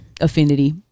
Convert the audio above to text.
affinity